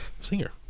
singer